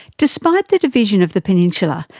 despite the division of the peninsula,